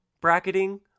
bracketing